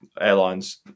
airlines